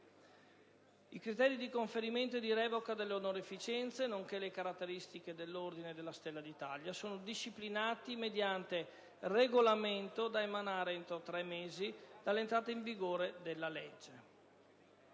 I criteri di conferimento e di revoca delle onorificenze, nonché le caratteristiche dell'Ordine della Stella d'Italia, sono disciplinati mediante regolamento da emanare entro tre mesi dall'entrata in vigore della legge.